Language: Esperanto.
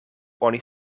oni